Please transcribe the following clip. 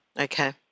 Okay